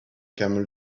camel